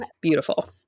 beautiful